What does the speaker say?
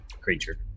creature